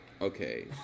okay